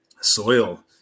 soil